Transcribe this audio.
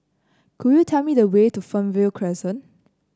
could you tell me the way to Fernvale Crescent